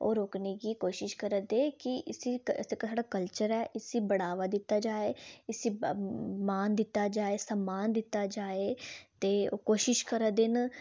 ओह् रोकने की कोशिश करै दे की इसी क इस साह्ड़ा कल्चर ऐ इस्सी बढ़ावा दित्ता जाए इसी मान दित्ता जाए सम्मान दित्ता जाए ते कोशिश करै दे न